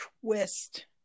twist